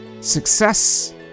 success